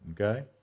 okay